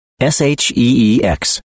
s-h-e-e-x